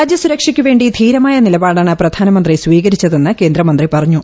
രാജൃസുരക്ഷായ്ക്കു വേണ്ടി ധീരമായ നിലപാടാണ് പ്രധാനമന്ത്രി സ്വീകരിച്ചതെന്ന് കേന്ദ്രമന്ത്രി പറഞ്ഞു